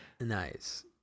Nice